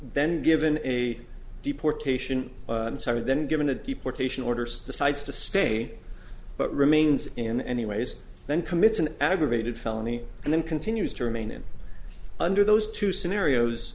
then given a deportation and started then given the deportation orders decides to stay but remains in anyways then commits an aggravated felony and then continues to remain in under those two scenarios